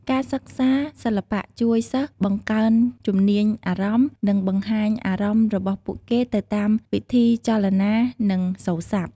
ការសិក្សាសិល្បៈជួយសិស្សបង្កើនជំនាញអារម្មណ៍ និងបង្ហាញអារម្មណ៍របស់ពួកគេទៅតាមវិធីចលនា និងសូរស័ព្ទ។